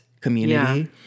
community